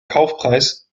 kaufpreis